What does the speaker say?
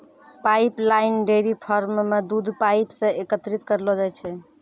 pipeline dairy farm म दूध pipe सें एकत्रित करलो जाय छै